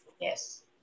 Yes